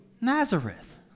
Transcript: Nazareth